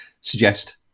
suggest